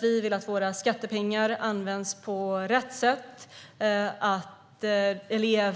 Vi vill att skattepengarna används på rätt sätt och att Sveriges